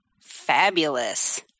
Fabulous